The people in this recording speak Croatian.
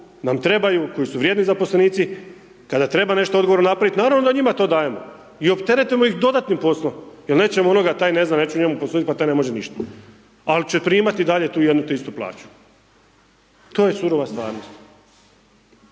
nam trebaju, koji su vrijedni zaposlenici, kada treba nešto odgovorno to napravit naravno da njima to dajemo i opteretimo ih dodatnim poslom jer nećemo onoga taj ne zna, neću njemu postudit, pa taj ne može ništa, al će primati i dalje tu jednu te istu plaću. To je surova stvarnost,